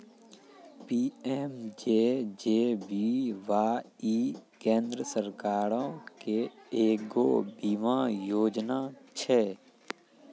PMJJBY केन्द्र सरकारो के एगो बीमा योजना छै